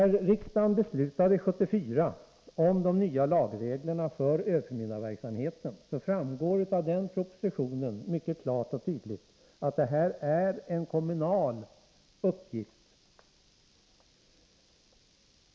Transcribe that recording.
Riksdagen beslutade 1974 om de nya reglerna för öveförmyndarverksamhet. Av propositionen framgår mycket klart och tydligt att det här är en kommunal uppgift.